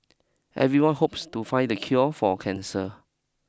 everyone hopes to find the cure for cancer